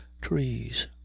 trees